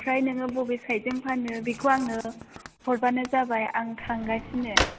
आमफ्राय नोङो बबे साइडजों फानो बेखौ आंनो हरब्लानो जाबाय आं थांगासिनो